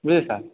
বুজিছা